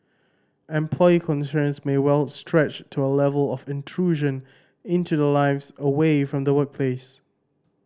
employee concerns may well stretch to a level of intrusion into their lives away from the workplace